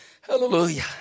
Hallelujah